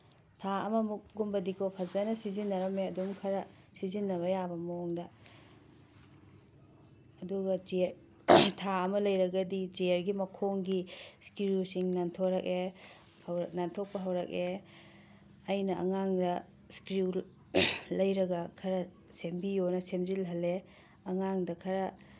ꯊꯥ ꯑꯃꯃꯨꯛꯀꯨꯝꯕꯗꯤꯀꯣ ꯐꯖꯅ ꯁꯤꯖꯤꯟꯅꯔꯝꯃꯦ ꯑꯗꯨꯝ ꯈꯔ ꯁꯤꯖꯤꯟꯅꯕ ꯌꯥꯕ ꯃꯑꯣꯡꯗ ꯑꯗꯨꯒ ꯊꯥ ꯑꯃ ꯂꯩꯔꯒꯗꯤ ꯆꯤꯌꯔꯒꯤ ꯃꯈꯣꯡꯒꯤ ꯏꯁꯀ꯭ꯔꯨꯁꯤꯡ ꯅꯥꯟꯊꯣꯔꯛꯑꯦ ꯅꯥꯟꯊꯣꯛꯄ ꯍꯧꯔꯛꯑꯦ ꯑꯩꯅ ꯑꯉꯥꯡꯗ ꯏꯁꯀ꯭ꯔꯨ ꯂꯩꯔꯒ ꯈꯔ ꯁꯦꯝꯕꯤꯌꯣꯅ ꯁꯦꯝꯖꯤꯜꯍꯜꯂꯦ ꯑꯉꯥꯡꯗ ꯈꯔ